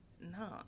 no